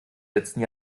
letzten